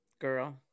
Girl